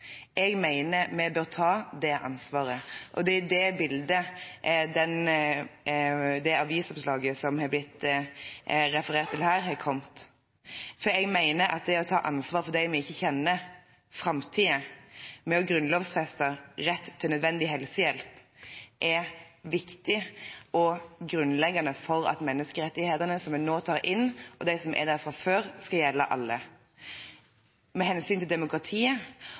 Jeg mener vi bør ta det ansvaret, og det er i det bildet det avisoppslaget som har blitt referert til her, har kommet. Jeg mener at det å ta ansvar, fordi vi ikke kjenner framtiden, ved å grunnlovfeste rett til nødvendig helsehjelp er viktig og grunnleggende for at menneskerettighetene som vi nå tar inn, og de som er der fra før, skal gjelde alle, av hensyn til demokratiet